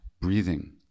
breathing